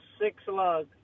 six-lug